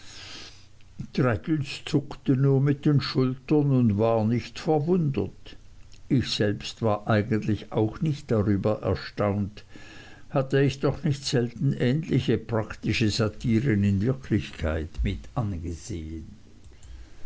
traddles zuckte nur mit den schultern und war gar nicht verwundert ich selbst war eigentlich auch nicht darüber erstaunt hatte ich doch nicht selten ähnliche praktische satiren in wirklichkeit mitangesehen